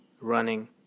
running